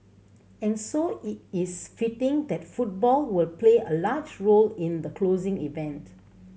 and so it is fitting that football will play a large role in the closing event